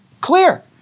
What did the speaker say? clear